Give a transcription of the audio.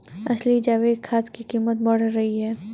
असली जैविक खाद की कीमत बढ़ रही है